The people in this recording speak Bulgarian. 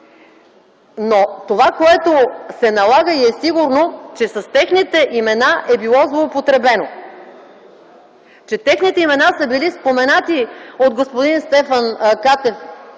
Това, което се налага и е сигурно, е, че с техните имена е било злоупотребено, че техните имена са били споменати от господин Стефан Катев